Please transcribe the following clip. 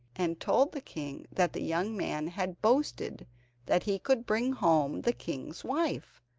and told the king that the young man had boasted that he could bring home the king's wife,